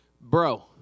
Bro